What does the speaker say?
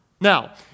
Now